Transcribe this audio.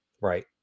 Right